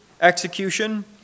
execution